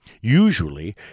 Usually